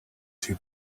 too